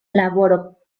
laboro